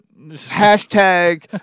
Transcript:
hashtag